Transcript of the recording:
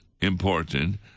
important